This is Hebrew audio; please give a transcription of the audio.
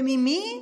וממי?